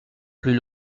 plus